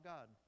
God